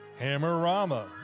Hammerama